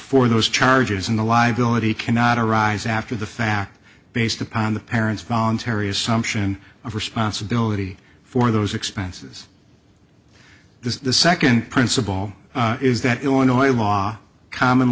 for those charges in the live billet he cannot arise after the fact based upon the parents voluntary assumption of responsibility for those expenses this is the second principle is that illinois law common